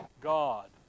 God